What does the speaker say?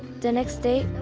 the next day,